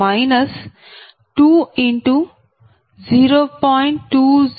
2084 0